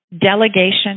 Delegation